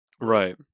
right